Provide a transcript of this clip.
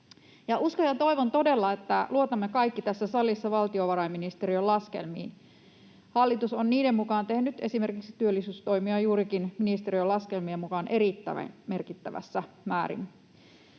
Uskon ja toivon todella, että luotamme kaikki tässä salissa valtiovarainministeriön laskelmiin. Hallitus on juurikin ministeriön laskelmien mukaan tehnyt esimerkiksi työllisyystoimia erittäin merkittävässä määrin,